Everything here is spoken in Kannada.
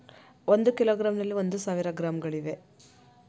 ಒಂದು ಕಿಲೋಗ್ರಾಂನಲ್ಲಿ ಒಂದು ಸಾವಿರ ಗ್ರಾಂಗಳಿವೆ